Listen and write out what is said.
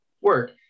work